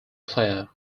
player